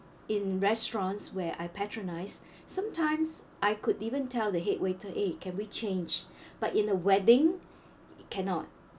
in restaurants where I patronise sometimes I could even tell the head waiter eh can we change but in a wedding cannot